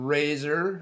Razor